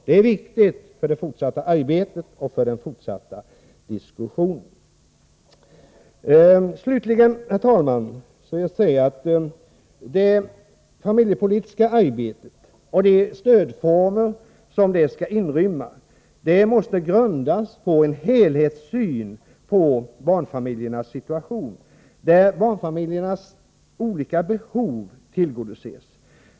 Det är viktigt för den fortsatta diskussionen. Det familjepolitiska arbetet och de stödformer som det skall inrymma måste grundas på en helhetssyn på barnfamiljernas situation, där barnfamiljernas olika behov tillgodoses.